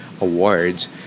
awards